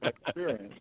experience